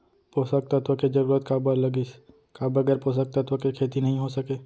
पोसक तत्व के जरूरत काबर लगिस, का बगैर पोसक तत्व के खेती नही हो सके?